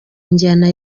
njyana